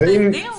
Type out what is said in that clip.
אז תסדירו.